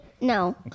no